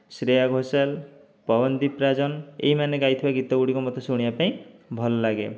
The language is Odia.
ଶ୍ରେୟା ଘୋଷାଲ ପବନଦୀପ ରାଜନ ଏଇ ମାନେ ଗାଇଥିବା ଗୀତ ଗୁଡ଼ିକ ମୋତେ ଶୁଣିବା ପାଇଁ ଭଲ ଲାଗେ